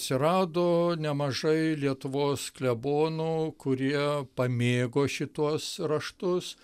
atsirado nemažai lietuvos klebonų kurie pamėgo šituos raštus